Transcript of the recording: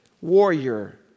warrior